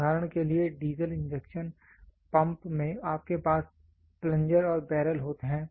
उदाहरण के लिए डीजल इंजेक्शन पंप में आपके पास प्लंजर और बैरल है